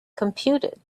computed